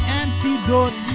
antidote